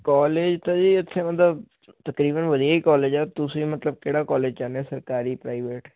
college ਤਾਂ ਜੀ ਇੱਥੇ ਮਤਲਬ ਤਕਰੀਬਨ ਵਧੀਆ ਹੀ ਕੋਲਜ ਹੈ ਤੁਸੀਂ ਮਤਲਬ ਕਿਹੜਾ ਕੋਲਜ ਚਾਹੁੰਦੇ ਸਰਕਾਰੀ ਪ੍ਰਾਈਵੇਟ